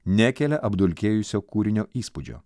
nekelia apdulkėjusio kūrinio įspūdžio